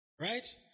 Right